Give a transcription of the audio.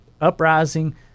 uprising